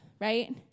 right